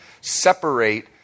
separate